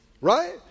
Right